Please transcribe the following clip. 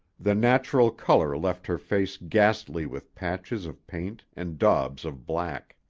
the natural color left her face ghastly with patches of paint and daubs of black.